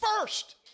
first